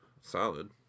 solid